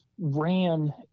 ran